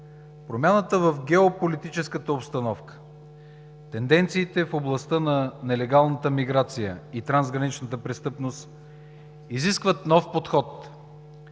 Промяната в геополитическата обстановка, тенденциите в областта на нелегалната миграция и трансграничната престъпност изискват нов подход